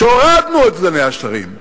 כשהורדנו את סגני השרים.